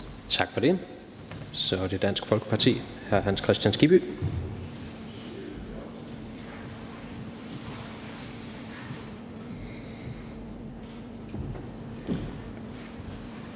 Tak for det. Så er det Dansk Folkeparti, hr. Hans Kristian Skibby.